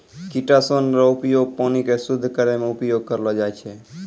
chitosan रो उपयोग पानी के शुद्ध करै मे उपयोग करलो जाय छै